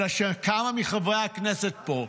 אלא שכמה מחברי הכנסת פה,